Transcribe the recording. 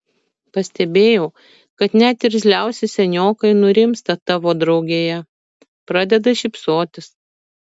pastebėjau kad net irzliausi seniokai nurimsta tavo draugėje pradeda šypsotis